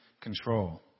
control